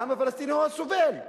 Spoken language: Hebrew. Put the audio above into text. העם הפלסטיני הוא הסובל.